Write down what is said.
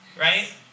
right